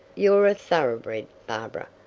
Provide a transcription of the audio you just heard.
you're a thoroughbred, barbara.